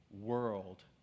World